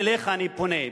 אליך אני פונה,